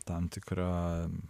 tam tikra